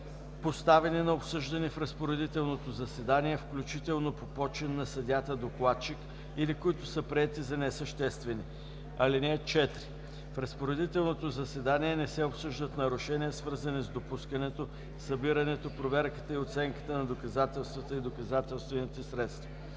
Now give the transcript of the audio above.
поставени на обсъждане в разпоредителното заседание, включително по почин на съдията-докладчик, или които са приети за несъществени. (4) В разпоредителното заседание не се обсъждат нарушения, свързани с допускането, събирането, проверката и оценката на доказателствата и доказателствените средства.